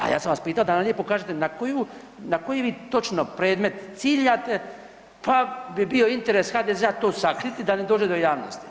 A ja sam vas pitao da nam lijepo kažete na koji vi točno predmet ciljate pa bi bio interes HDZ-a to sakriti da ne dođe do javnosti.